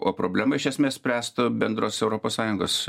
o problemą iš esmės spręst bendros europos sąjungos